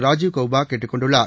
ராஜீவ் கௌபா கேட்டுக் கொண்டுள்ளார்